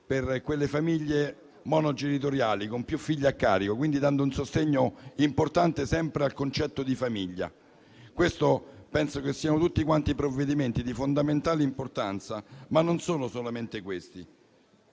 per le famiglie monogenitoriali con più figli a carico, dando un sostegno importante sempre al concetto di famiglia. Penso che siano tutti provvedimenti di fondamentale importanza, ma non ci sono solamente questi.